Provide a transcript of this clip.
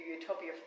utopia